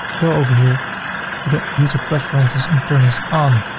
go over here to the user preferences and turn this on.